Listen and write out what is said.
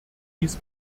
dies